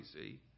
see